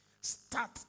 Start